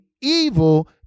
evil